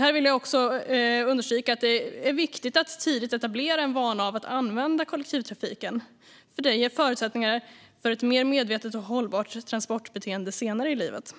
Jag vill understryka att det är viktigt att tidigt etablera en vana att använda kollektivtrafiken. Det ger förutsättningar för ett mer medvetet och hållbart transportbeteende senare i livet.